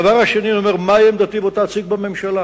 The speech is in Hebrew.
הדבר השני, אני אומר מהי עמדתי ואותה אציג בממשלה.